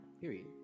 period